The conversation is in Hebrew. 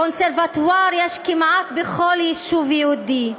קונסרבטואר יש כמעט בכל ישוב יהודי.